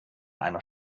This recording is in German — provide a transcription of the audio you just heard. einer